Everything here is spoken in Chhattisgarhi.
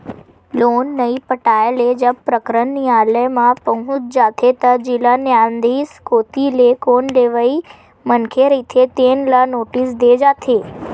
लोन नइ पटाए ले जब प्रकरन नियालय म पहुंच जाथे त जिला न्यायधीस कोती ले लोन लेवइया मनखे रहिथे तेन ल नोटिस दे जाथे